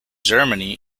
germany